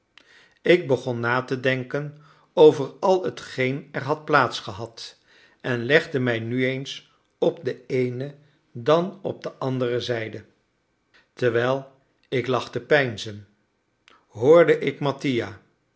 ik begon na te denken over al hetgeen er had plaats gehad en legde mij nu eens op de eene dan op de andere zijde terwijl ik lag te peinzen hoorde ik mattia